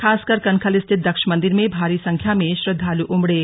खासकर कनखल स्थित दक्ष मंदिर में भारी संख्या में श्रद्वालू उमड़े